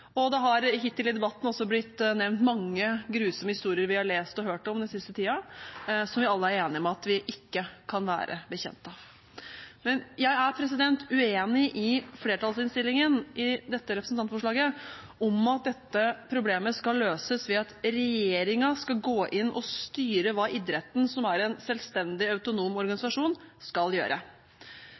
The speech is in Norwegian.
Det har hittil i debatten også blitt nevnt mange grusomme historier som vi har lest og hørt om den siste tiden, og som vi alle er enige om at vi ikke kan være bekjent av. Men jeg er uenig i flertallsinnstillingen til dette representantforslaget, om at dette problemet skal løses ved at regjeringen skal gå inn og styre hva idretten, som er en selvstendig og autonom organisasjon, skal gjøre.